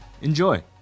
Enjoy